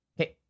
Okay